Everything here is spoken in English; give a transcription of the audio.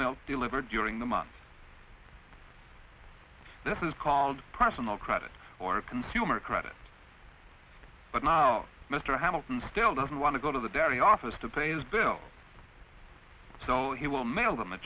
milk delivered during the month this is called personal credit or consumer credit but now mr hamilton still doesn't want to go to the dairy office to pay his bill so he will mail them a